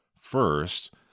First